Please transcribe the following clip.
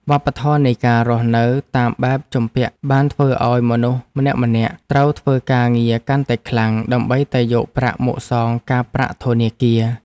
វប្បធម៌នៃការរស់នៅតាមបែបជំពាក់បានធ្វើឱ្យមនុស្សម្នាក់ៗត្រូវធ្វើការងារកាន់តែខ្លាំង ដើម្បីតែយកប្រាក់មកសងការប្រាក់ធនាគារ។